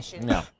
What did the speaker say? No